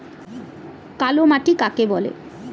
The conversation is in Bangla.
কালো মাটি কাকে বলে?